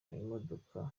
amamodoka